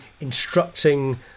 instructing